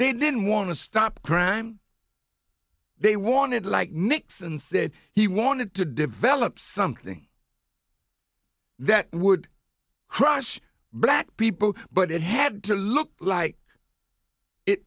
they didn't want to stop crime they wanted like nixon said he wanted to develop something that would crush black people but it had to look like it